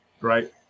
right